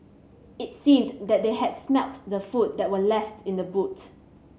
it seemed that they had smelt the food that were left in the boot